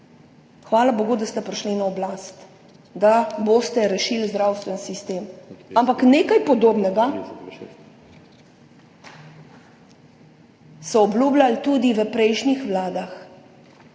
Hvala bogu, da ste prišli na oblast, da boste rešili zdravstveni sistem. Ampak nekaj podobnega so obljubljali tudi v prejšnjih vladah.